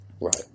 Right